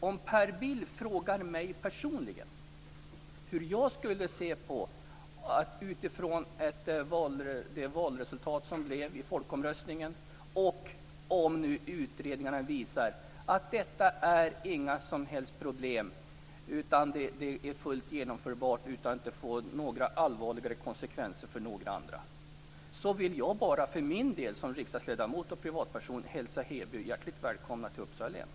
Om Per Bill frågar hur jag personligen ser på valresultatet i folkomröstningen och om utredningarna visar att det inte finns några som helst problem utan är fullt genomförbart utan att det får några allvarligare konsekvenser för några andra, så vill jag som riksdagsledamot och privatperson hälsa Heby kommun välkommen till Uppsala län.